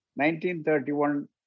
1931